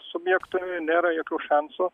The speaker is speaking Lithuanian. subjektui nėra jokių šansų